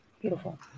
beautiful